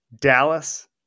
Dallas